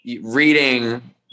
reading